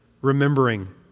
remembering